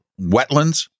wetlands